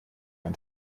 ein